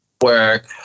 work